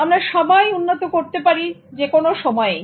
সুতরাং আমরা সবাই উন্নত করতে পারি যে কোন সময়েই